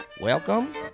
Welcome